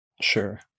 Sure